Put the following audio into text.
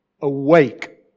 awake